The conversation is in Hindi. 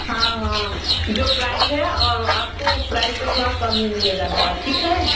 हाँ हाँ जो प्राइज है आपको उस प्राइज से थोड़ा कम ही मिलेगा दवा ठीक है